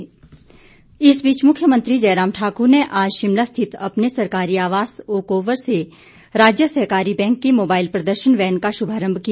प्रदर्शन वैन मुख्यमंत्री जयराम ठाकुर ने आज शिमला स्थित अपने सरकारी आवास ओकओवर से राज्य सहकारी बैंक की मोबाईल प्रदर्शन वैन का शुभारंभ किया